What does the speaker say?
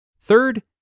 Third